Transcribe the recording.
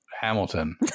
Hamilton